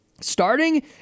Starting